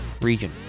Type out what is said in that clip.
region